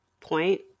point